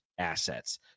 assets